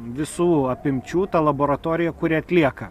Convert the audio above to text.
visų apimčių ta laboratorija kuri atlieka